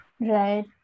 Right